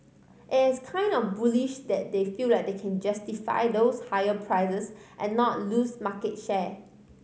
it's kind of bullish that they feel like they can justify those higher prices and not lose market share